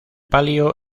palio